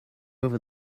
over